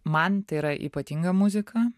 man tai yra ypatinga muzika